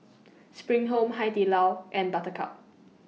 SPRING Home Hai Di Lao and Buttercup